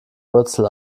wurzel